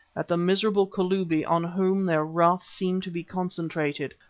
at the miserable kalubi on whom their wrath seemed to be concentrated,